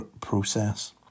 process